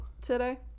today